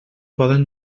poden